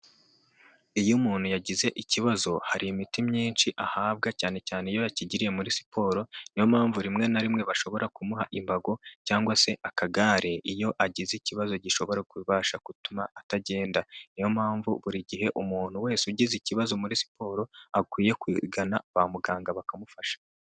Iyo umuntu yagize ikibazo, hari imiti myinshi ahabwa cyane cyane iyo yakigiriye muri siporo, niyo mpamvu rimwe na rimwe bashobora kumuha imbago cyangwa se akagare iyo agize ikibazo gishobora kubasha gutuma atagenda, niyo mpamvu buri gihe umuntu wese ugize ikibazo muri siporo akwiye kugana kwa muganga bakamufasha.